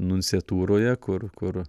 nunciatūroje kur kur